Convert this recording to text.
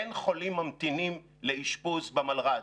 אין חולים ממתינים לאשפוז במלר"ד,